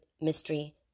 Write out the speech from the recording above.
mystery